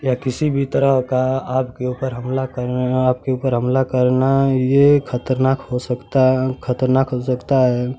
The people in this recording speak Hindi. या किसी भी तरह का आपके ऊपर हमला करना आपके ऊपर हमला करना ये खतरनाक हो सकता है खतरनाक हो सकता है